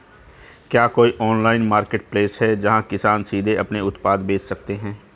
क्या कोई online marketplace है जहां किसान सीधे अपने उत्पाद बेच सकते हैं?